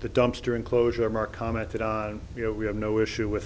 the dumpster enclosure mark commented on you know we have no issue with